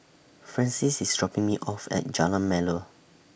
Francis IS dropping Me off At Jalan Melor